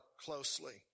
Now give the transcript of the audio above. closely